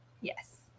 Yes